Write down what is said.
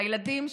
והילדים שלי?